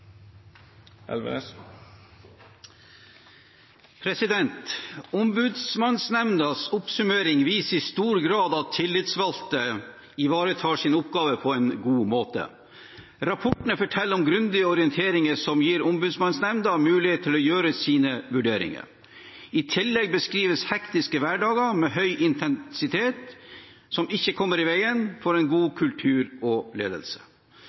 oppsummering viser i stor grad at tillitsvalgte ivaretar sine oppgaver på en god måte. Rapportene forteller om grundige orienteringer som gir Ombudsmannsnemnda mulighet til å gjøre sine vurderinger. I tillegg beskrives hektiske hverdager med høy intensitet som ikke kommer i veien for en god kultur og ledelse.